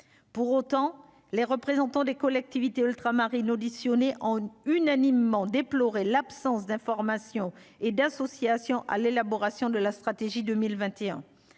pour autant, les représentants des collectivités ultramarines auditionnées ont unanimement déploré l'absence d'information et d'associations à l'élaboration de la stratégie 2021,